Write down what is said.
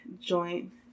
joint